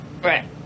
Right